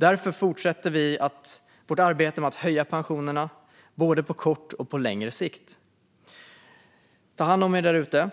Därför fortsätter vi vårt arbete med att höja pensionerna, både på kort och på längre sikt. Ta hand om er där ute!